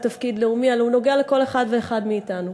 תפקיד לאומי אלא הוא נוגע לכל אחד ואחד מאתנו.